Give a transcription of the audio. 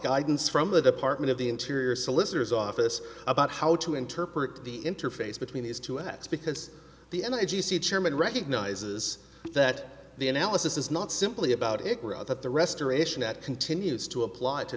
guidance from the department of the interior solicitor's office about how to interpret the interface between these two acts because the and i g c chairman recognizes that the analysis is not simply about it but the restoration that continues to apply to